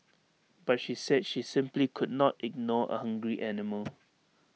but she said she simply could not ignore A hungry animal